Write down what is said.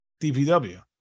DPW